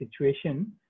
situation